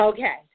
Okay